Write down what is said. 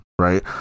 right